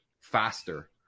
faster